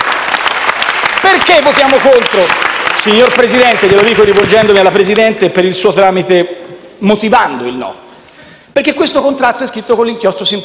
Perché votiamo contro? Signor Presidente, glielo dico rivolgendomi alla Presidente e per il suo tramite motivando il no: perché questo contratto è scritto con l'inchiostro simpatico.